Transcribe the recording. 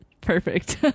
Perfect